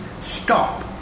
stop